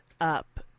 up